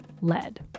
lead